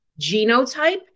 genotype